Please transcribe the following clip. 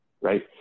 right